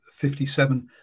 57